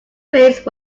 face